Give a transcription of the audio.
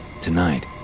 Tonight